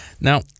Now